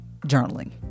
Journaling